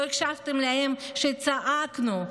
לא הקשבתם להם כשצעקנו,